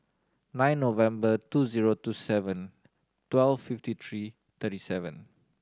nine November two zero two seven twelve fifty three thirty seven